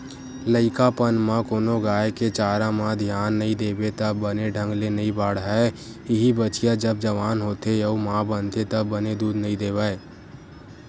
लइकापन म कोनो गाय के चारा म धियान नइ देबे त बने ढंग ले नइ बाड़हय, इहीं बछिया जब जवान होथे अउ माँ बनथे त बने दूद नइ देवय